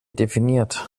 definiert